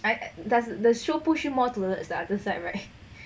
I does the show push you more towards the other side right